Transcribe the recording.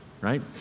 right